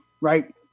right